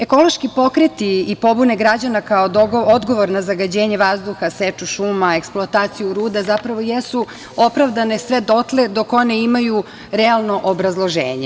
Ekološki pokreti i pobune građana kao odgovor na zagađenje vazduha, seču šuma, eksploataciju ruda, zapravo jesu opravdane sve dotle dok one imaju realno obrazloženje.